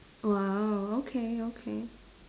!wow! okay okay